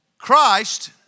Christ